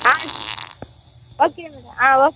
ஆ okay madam ஆ ஓ